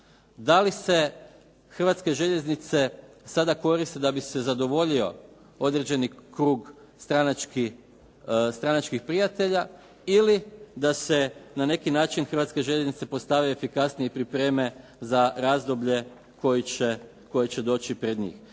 Da li se Hrvatske željeznice sada koriste da bi se zadovoljio određeni krug stranačkih prijatelja ili da se na neki način Hrvatske željeznice postave efikasnije i pripreme za razdoblje koje će doći pred njih.